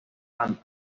and